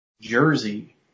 jersey